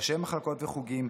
ראשי מחלקות וחוגים,